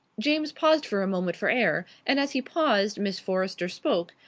james paused for a moment for air, and as he paused miss forrester spoke.